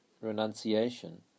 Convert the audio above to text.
renunciation